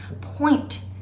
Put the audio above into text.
point